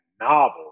novel